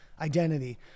identity